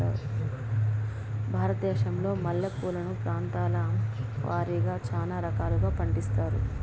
భారతదేశంలో మల్లె పూలను ప్రాంతాల వారిగా చానా రకాలను పండిస్తారు